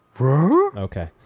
Okay